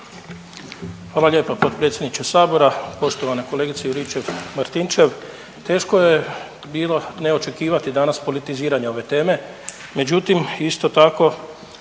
Hvala lijepa potpredsjedniče sabora. Poštovana kolegice Juričev Martinčev teško je bilo ne očekivati danas politiziranje ove teme, međutim isto tako